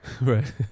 right